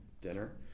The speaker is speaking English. dinner